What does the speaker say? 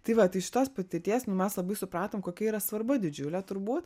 tai va tai iš šitos patirties nu mes labai supratom kokia yra svarba didžiulė turbūt